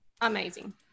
Amazing